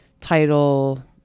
title